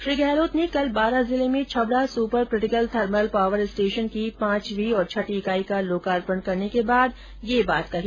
श्री गहलोत ने कल बारां जिले में Chhabra super critical thermal power station की पांचवी और छठी इकाई का लोकार्पण करने के बाद ये बात कही